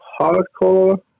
hardcore